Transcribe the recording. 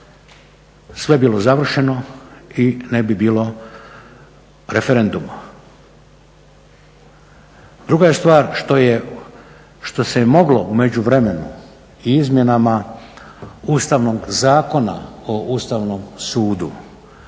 sve bilo završeno i ne bi bilo referenduma. Druga je stvar što se moglo u međuvremenu i izmjenama Ustavnog zakona o Ustavnom sudu